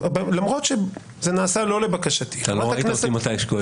למרות שזה נעשה לא לבקשתי --- אתה לא ראית אותי מתי שכואב לי.